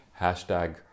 Hashtag